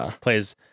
plays